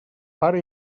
pare